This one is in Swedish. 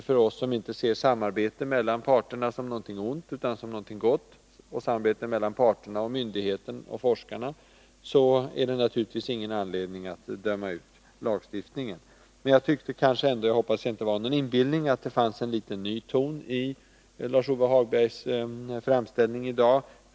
För oss som inte ser samarbete mellan parterna som någonting ont utan som något gott — det gäller också samarbete med myndigheterna och forskarna — finns det naturligtvis ingen anledning att döma ut lagstiftningen. Men jag tyckte kanske ändå, och jag hoppas att det inte var inbillning, att det fanns något av en ny ton i Lars-Ove Hagbergs framställning i dag.